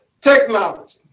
technology